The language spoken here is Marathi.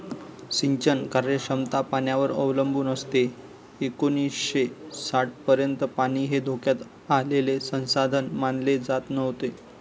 सिंचन कार्यक्षमता पाण्यावर अवलंबून असते एकोणीसशे साठपर्यंत पाणी हे धोक्यात आलेले संसाधन मानले जात नव्हते